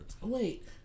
Wait